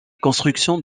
construction